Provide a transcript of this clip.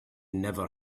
never